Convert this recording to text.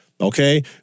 Okay